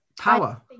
Power